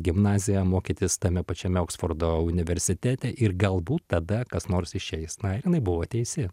gimnaziją mokytis tame pačiame oksfordo universitete ir galbūt tada kas nors išeis na ir jinai buvo teisi